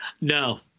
No